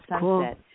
Sunset